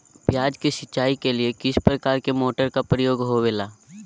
प्याज के सिंचाई के लिए किस प्रकार के मोटर का प्रयोग होवेला?